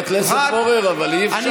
חבר הכנסת פורר, אבל אי-אפשר.